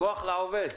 כח לעובד.